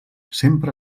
sempre